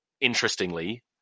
interestingly